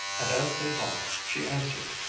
and as they walked she answered,